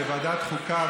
בוועדת החוקה,